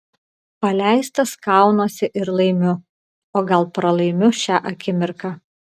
paleistas kaunuosi ir laimiu o gal pralaimiu šią akimirką